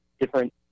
different